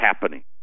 happening